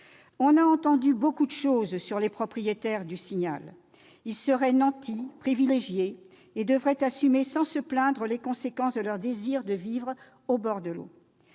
On a entendu bien des choses sur les propriétaires du Signal, qui seraient des nantis, des privilégiés, et qui devraient assumer sans se plaindre les conséquences de leur désir de vivre au bord de l'eau.